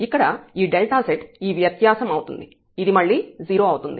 ఇక్కడ ఈ Δz ఈ వ్యత్యాసం అవుతుంది ఇది మళ్ళీ 0 అవుతుంది